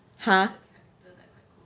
!huh!